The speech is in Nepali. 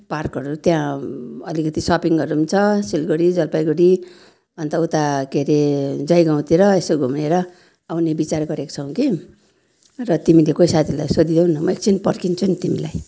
पार्कहरू त्यहाँ अलिकति सपिङहरू पनि छ सिलगढी जलपाइगढी अन्त उता के हरे जयगाउँतिर यसो घुमेर आउने विचार गरेको छौँ कि र तिमीले कोही साथीलाई सोधिदेउ न म एकछिन पर्खिन्छु नि तिमीलाई